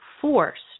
forced